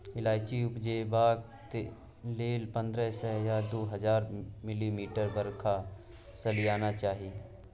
इलाइचीं उपजेबाक लेल पंद्रह सय सँ दु हजार मिलीमीटर बरखा सलियाना चाही